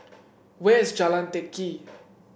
where is Jalan Teck Kee